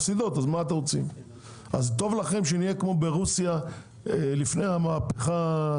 טוב לכם שנהיה כמו שהיו ברוסיה לפני המהפכה,